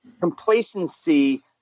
complacency